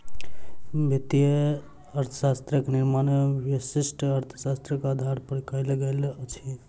वित्तीय अर्थशास्त्रक निर्माण व्यष्टि अर्थशास्त्रक आधार पर कयल गेल अछि